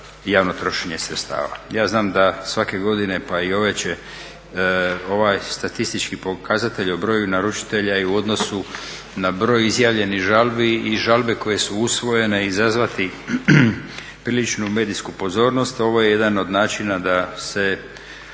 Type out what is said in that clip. javno trošenje sredstava. Ja znam da svake godine, pa i ove će ovaj statistički pokazatelj o broju naručitelja i u odnosu na broj izjavljenih žalbi i žalbe koje su usvojene izazvati priličnu medijsku pozornost. Ovo je jedan od načina da se